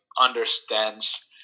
Understands